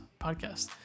podcast